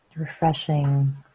Refreshing